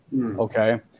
Okay